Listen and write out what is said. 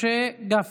חבר הכנסת משה גפני,